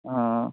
অঁ